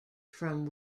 from